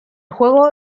juego